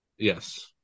Yes